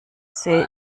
sehe